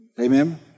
Amen